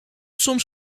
soms